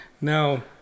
now